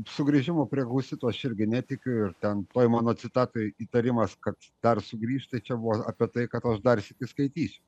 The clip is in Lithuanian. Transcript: sugrįžimu prie husitų aš irgi netikiu ir ten toj mano citatoj įtarimas kad dar sugrįš tai čia buvo apie tai kad aš dar sykį skaitysiu